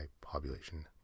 population